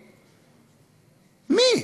מי?